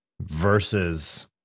versus